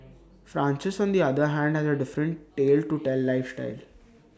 Francis on the other hand has A different tale to tell lifestyle